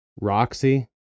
Roxy